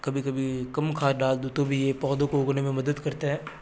कभी कम खाद डाल दो तो भी ये पौधों को उगने में मदद करते हैं